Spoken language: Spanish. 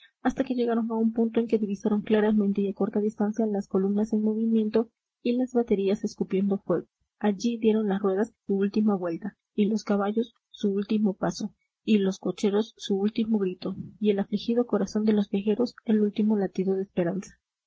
hasta que llegaron a un punto en que divisaron claramente y a corta distancia las columnas en movimiento y las baterías escupiendo fuego allí dieron las ruedas su última vuelta y los caballos su último paso y los cocheros su último grito y el afligido corazón de los viajeros el último latido de esperanza